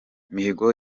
mihigo